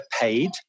paid